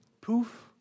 poof